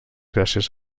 gràcies